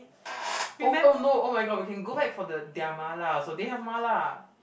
oh oh no oh my god we can go back for the their mala also they have mala